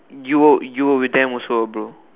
you you where with them also bro